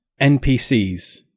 NPCs